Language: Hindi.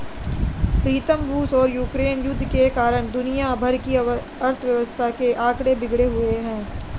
प्रीतम रूस और यूक्रेन युद्ध के कारण दुनिया भर की अर्थव्यवस्था के आंकड़े बिगड़े हुए